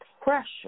Pressure